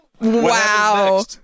Wow